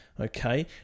Okay